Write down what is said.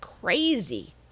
crazy